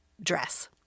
dress